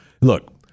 Look